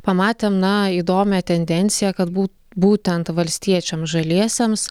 pamatėm na įdomią tendenciją kad būtent valstiečiams žaliesiems